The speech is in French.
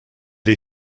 les